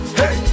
hey